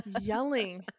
yelling